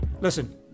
Listen